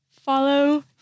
Follow